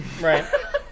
Right